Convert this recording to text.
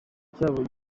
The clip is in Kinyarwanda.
cyabo